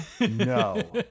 no